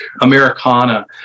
Americana